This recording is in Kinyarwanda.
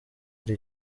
kuri